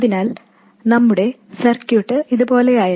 അതിനാൽ നമ്മുടെ സർക്യൂട്ട് ഇതുപോലെയായിരുന്നു